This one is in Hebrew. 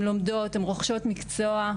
הן לומדות, הן רוכשות מקצוע.